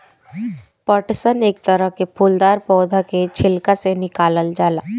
पटसन एक तरह के फूलदार पौधा के छिलका से निकालल जाला